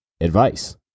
advice